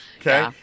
Okay